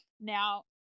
Now